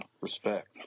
Respect